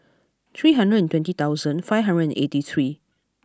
three hundred and twenty thousand five hundred and eighty three